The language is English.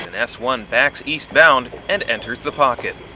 and s one backs east bound and enters the pocket.